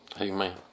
amen